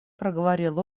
проговорил